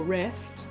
rest